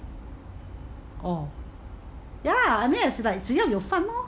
oh ya I mean it's like 只要有饭 lor